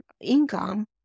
income